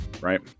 right